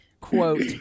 quote